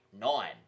nine